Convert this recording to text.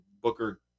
Booker